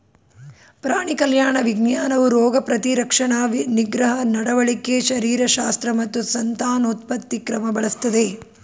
ಪ್ರಾಣಿ ಕಲ್ಯಾಣ ವಿಜ್ಞಾನವು ರೋಗ ಪ್ರತಿರಕ್ಷಣಾ ನಿಗ್ರಹ ನಡವಳಿಕೆ ಶರೀರಶಾಸ್ತ್ರ ಮತ್ತು ಸಂತಾನೋತ್ಪತ್ತಿ ಕ್ರಮ ಬಳಸ್ತದೆ